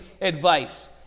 advice